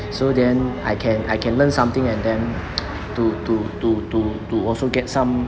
so then I can I can learn something and then to to to to to also get some